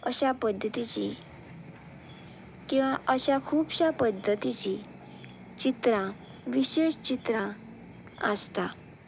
अश्या पद्दतीचीं किंवां अश्या खुबश्या पद्दतीचीं चित्रां विशेश चित्रां आसता